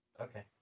okay